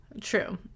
True